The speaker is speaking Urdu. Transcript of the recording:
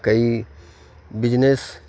کئی بزنس